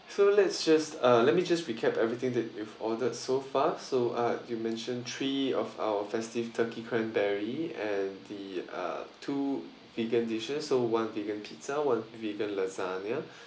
so let's just uh let me just recap everything that you've ordered so far so uh you mention three of our festive turkey cranberry and the uh two vegan dishes so one vegan pizza one vegan lasagna